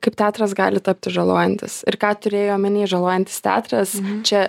kaip teatras gali tapti žalojantis ir ką turėjai omeny žalojantis teatras čia